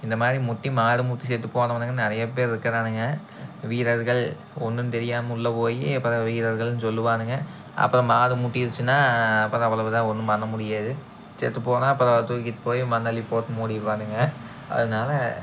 இந்தமாதிரி முட்டி மாடு முட்டி செத்துப்போனவனுங்க நிறையா பேர் இருக்கிறானுங்க வீரர்கள் ஒன்றும் தெரியாமல் உள்ளே போய் அப்புறம் வீரர்கள்ன்னு சொல்லுவானுங்க அப்புறம் மாடு முட்டிருச்சுன்னால் அப்புறம் அவ்வளவுதான் ஒன்றும் பண்ண முடியாது செத்துப்போனால் அப்புறம் தூக்கிட்டு போய் மண்ணள்ளி போட்டு மூடிடுவானுங்க அதனால